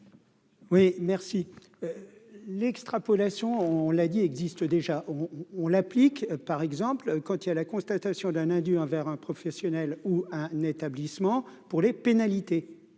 Oui merci l'extrapolation, on l'a dit existe déjà, on l'applique, par exemple quand il y a la constatation d'un indu envers un professionnel ou un établissement pour les pénalités